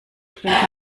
gewinnt